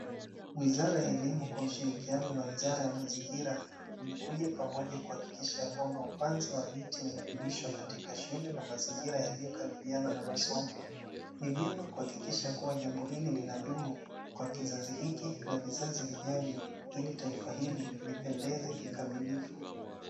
wizara ya elimu kwa ushirikiano na wizara ya mazingira imekuja pamoja kuhakikisha kuwa upanzi wa miti unadumishwa katika shule na mazingira yaliyokaribiana na masomo ni vyema kuhakikisha kuwa jambo hili linadumu kwa kizazi hiki na vizazi vijavyo ili taifa hili lipendeze kikamilifu